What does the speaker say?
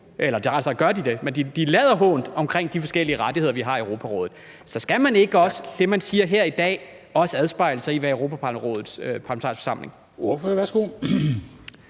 synes, de lader hånt om de forskellige rettigheder, vi har i Europarådet. Så skal det, man siger her i dag, ikke også afspejle sig i Europarådets parlamentariske forsamling? Kl.